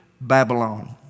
Babylon